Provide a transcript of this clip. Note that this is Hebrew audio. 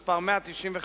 מס' 195,